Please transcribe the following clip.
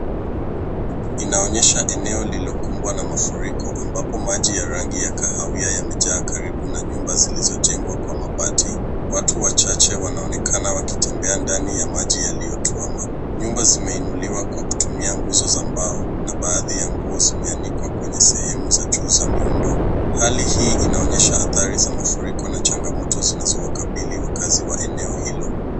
Inaonyesha eneo lililokumbwa na mafuriko ambapo maji ya rangi ya kahawia yamejaa karibu na nyumba zilizojengwa kwa mabati. Watu wachache wanaonekana wakitembea ndani ya maji yaliyokwama. Nyumba zimeinuliwa kwa kutumia nguzo za mbao na baadhi ya nguo zimeanikwa kwenye sehemu za juu za miundo. Hali hii inaonyesha athari za mafuriko na changamoto zinazowakabili wakazi wa eneo hilo.